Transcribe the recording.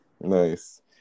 nice